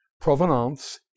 Provenance